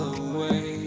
away